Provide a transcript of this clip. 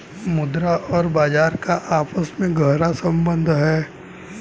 मुद्रा और बाजार का आपस में गहरा सम्बन्ध है